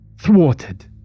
thwarted